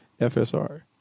FSR